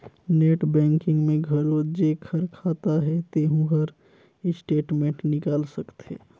net banking में घलो जेखर खाता हे तेहू हर स्टेटमेंट निकाल सकथे